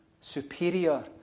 superior